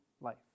life